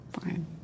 fine